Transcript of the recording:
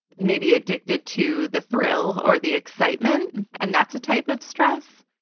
maybe addicted to the thrill or the excitement. and that's a type of stress.